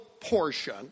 portion